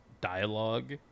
dialogue